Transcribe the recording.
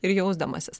ir jausdamasis